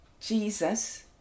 Jesus